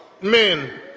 men